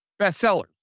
bestseller